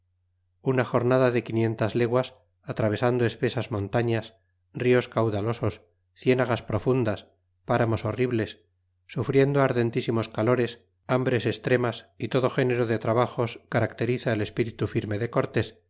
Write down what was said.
una jornada de quinientas leguas atravesando espesas montañas rice caudalosos cienagas profundas paramos horribles sufriendo ardentisimos calores hambres e stremas y todo género de trabajos caracteriza el espiran firme de cortés